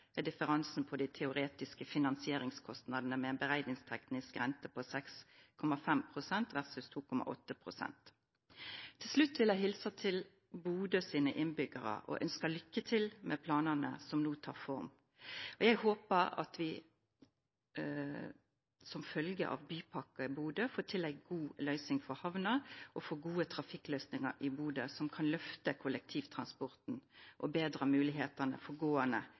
er differansen på de teoretiske finansieringskostnadene med en beregningsteknisk rente på 6,5 pst. versus 2,8 pst.» Til slutt vil jeg hilse til Bodøs innbyggere og ønske lykke til med planene som nå tar form. Jeg håper vi som følge av Bypakke Bodø får til en god løsning for havna og får gode trafikkløsninger i Bodø som kan løfte kollektivtransporten og bedre mulighetene for gående